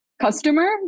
customer